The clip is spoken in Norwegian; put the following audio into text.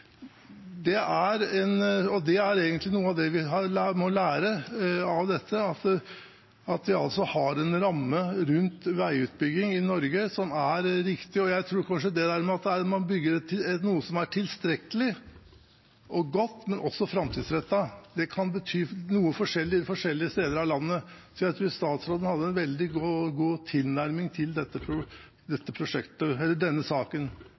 Det er egentlig noe av det vi må lære av dette, at vi har en ramme rundt veiutbygging i Norge som er riktig. Og jeg tror kanskje det med at man bygger noe som er tilstrekkelig og godt, men også framtidsrettet, kan bety noe forskjellig forskjellige steder i landet. Så jeg tror statsråden har en veldig god tilnærming til